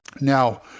Now